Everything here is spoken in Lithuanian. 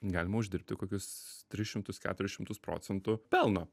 galima uždirbti kokius tris šimtus keturis šimtus procentų pelno